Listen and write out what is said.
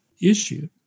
issue